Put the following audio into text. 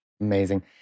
Amazing